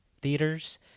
theaters